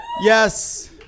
Yes